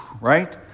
Right